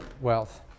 wealth